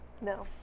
No